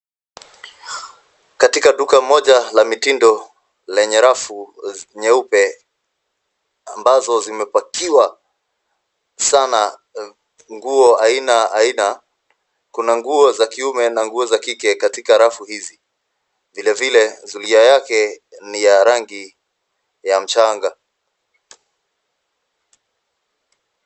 Katika duka moja la mitindo lenye rafu nyeupe ambazo zimepakiwa sana nguo aina aina. Kuna nguo za kiume na nguo za kike katika rafu hizi. Vile vile zulia yake ni ya rangi ya mchanga.